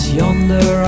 yonder